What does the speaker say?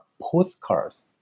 postcards